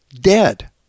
dead